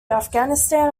afghanistan